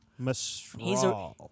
Mastral